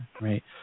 right